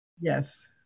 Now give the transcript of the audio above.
Yes